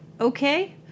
okay